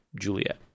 Juliet